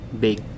big